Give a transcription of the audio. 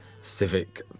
Civic